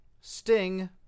Sting